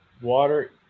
water